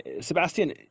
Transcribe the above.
sebastian